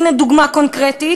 הנה דוגמה קונקרטית,